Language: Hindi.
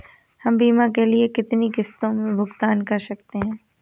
हम बीमा के लिए कितनी किश्तों में भुगतान कर सकते हैं?